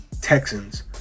Texans